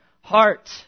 heart